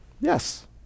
Yes